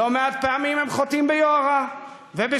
לא מעט פעמים הם חוטאים ביוהרה ובשטחיות,